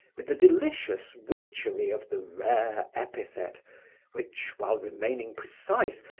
with the delicious witchery of the rare epithet which, while remaining precise,